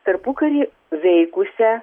tarpukary veikusią